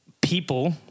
people